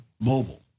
mobile